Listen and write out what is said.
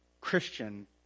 Christian